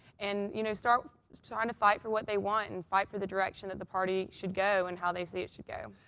and you know, start trying to fight for what they want and fight for the direction that the party should go and how they see it should go.